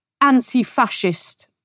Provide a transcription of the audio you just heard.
Anti-fascist